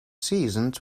seasoned